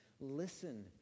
Listen